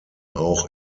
auch